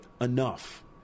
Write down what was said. enough